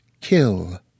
kill